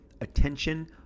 attention